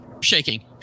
shaking